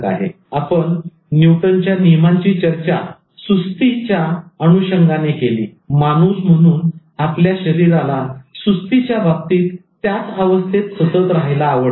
आपण न्यूटनच्या नियमांची चर्चा सुस्ती एकदम आळशी च्या अनुषंगाने केली माणूस म्हणून आपल्या शरीराला सुस्ती च्या बाबतीत त्याच अवस्थेत सतत राहायला आवडते